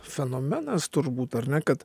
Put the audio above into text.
fenomenas turbūt ar ne kad